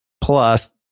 plus